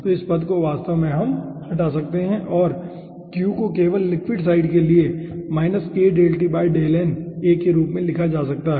तो इस पद को वास्तव में हम हटा सकते हैं और इस q को केवल लिक्विड साईड के लिए के रूप में लिखा जा सकता है